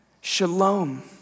Shalom